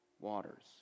Waters